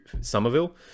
Somerville